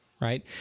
right